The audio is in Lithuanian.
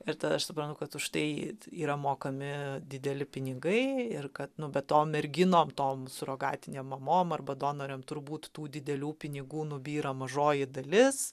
ir tada aš suprantu kad už tai yra mokami dideli pinigai ir kad nu bet tom merginom tom surogatinėm mamom arba donorėm turbūt tų didelių pinigų nubyra mažoji dalis